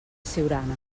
siurana